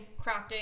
crafting